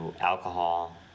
alcohol